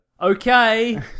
okay